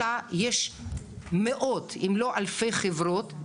אלא יש מאות אם לא אלפי חברות,